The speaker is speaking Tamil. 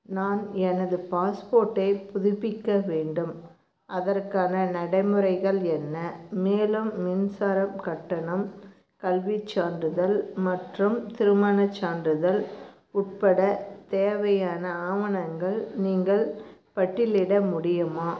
நான் எனது பாஸ்போர்ட்டை புதுப்பிக்க வேண்டும் அதற்கான நடைமுறைகள் என்ன மேலும் மின்சாரம் கட்டணம் கல்விச் சான்றிதழ் மற்றும் திருமணச் சான்றிதழ் உட்பட தேவையான ஆவணங்கள் நீங்கள் பட்டியலிட முடியுமா